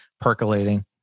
percolating